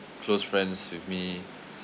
close friends with me